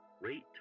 Rate